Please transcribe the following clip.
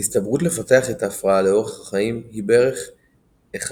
ההסתברות לפתח את ההפרעה לאורך החיים היא בערך 1.11/